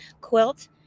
quilt